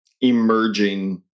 emerging